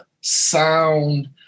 sound